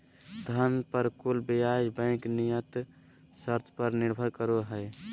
धन पर कुल ब्याज बैंक नियम शर्त पर निर्भर करो हइ